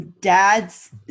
dads